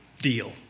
deal